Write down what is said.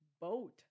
boat